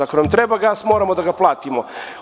Ako nam treba gas, moramo da ga platimo.